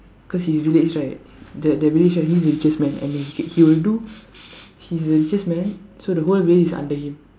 cause his village right the the village right he's the richest man and he he he will do he's the richest man so the whole village is under him